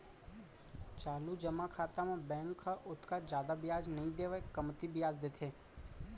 चालू जमा खाता म बेंक ह ओतका जादा बियाज नइ देवय कमती बियाज देथे